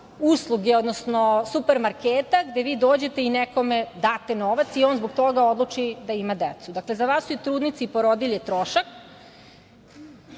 samousluge, odnosno supermarketa, gde vi dođete i nekome date novac i on zbog toga odluči da ima decu. Dakle, za vas su i trudnice i porodilje trošak. Posebno